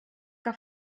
que